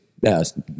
Yes